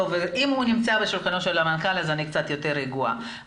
אם הוא על שולחנו של המנכ"ל, אני קצת יותר רגועה.